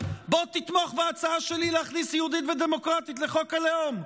בוא תתמוך בהצעה שלי להכניס יהודית ודמוקרטית לחוק הלאום.